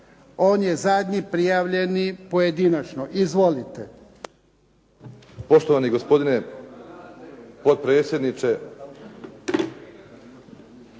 On je zadnji prijavljeni pojedinačno. Izvolite.